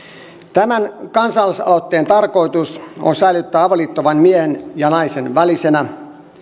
tämän kansalaisaloitteen tarkoitus on säilyttää avioliitto vain miehen ja naisen välisenä